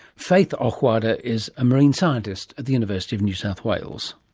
faith ochwada is a marine scientist at the university of new south wales.